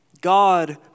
God